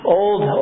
old